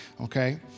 okay